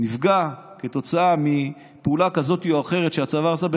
נפגע כתוצאה מפעולה כזאת או אחרת שהצבא עשה,